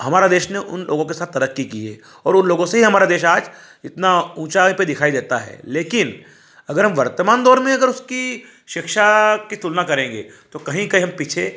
हमारा देश में उन लोगो के साथ तरक्की की है और उन लोगों से ही हमारा देश आज इतना ऊँचाई पर दिखाई देता है लेकिन अगर हम वर्तमान दौर में अगर उसकी शिक्षा की तुलना करेंगे तो कहीं कहीं हम पीछे